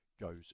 goes